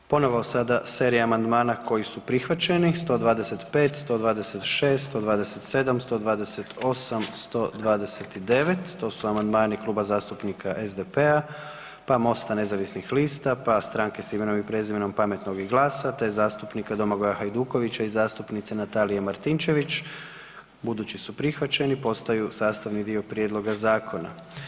Ponovo sada serija amandmana koji su prihvaćeni, 125., 126., 127., 128., 129., to su amandmani Kluba zastupnika SDP-a, pa MOST-a nezavisnih lista, pa Stranke s imenom i prezimenom, Pametnog i GLAS-a, te zastupnika Domagoja Hajdukovića i zastupnice Natalije Martinčević, budući su prihvaćeni postaju sastavni dio prijedloga zakona.